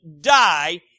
die